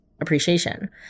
appreciation